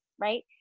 right